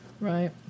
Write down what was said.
Right